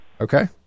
okay